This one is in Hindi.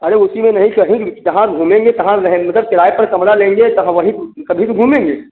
अरे उसी में नहीं कहीं भी जहाँ घूमेंगे तहाँ पर रहें मतलब किराया पर कमरा लेंगे तह वहीं तभी तो घूमेंगे